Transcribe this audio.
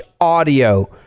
audio